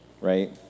right